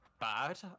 bad